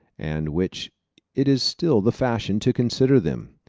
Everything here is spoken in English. and which it is still the fashion to consider them.